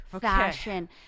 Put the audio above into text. fashion